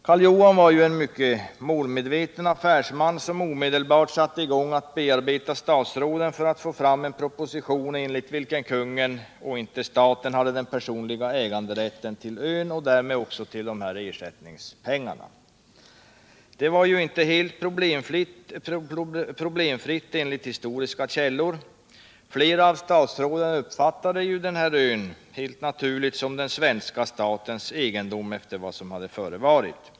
Karl Johan var en mycket målmedveten affärsman, som omedelbart satte i gång att bearbeta statsråden för att få fram en proposition, enligt vilken kungen och inte staten hade den personliga äganderätten till Guadeloupe och därmed också till ersättningspengarna. Det gick inte helt problemfritt enligt historiska källor. Flera av statsråden uppfattade — helt naturligt — ön som den svenska statens egendom efter vad som förevarit.